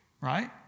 right